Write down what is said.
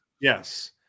Yes